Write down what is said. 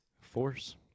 force